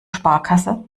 sparkasse